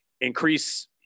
increase